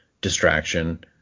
distraction